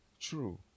true